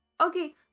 Okay